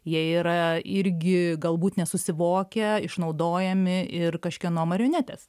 jie yra irgi galbūt nesusivokę išnaudojami ir kažkieno marionetės